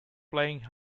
playing